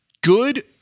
good